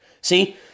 See